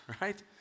right